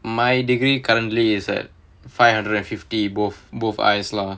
my degree currently is at five hundred and fifty both both eyes lah